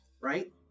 right